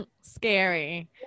scary